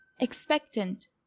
Expectant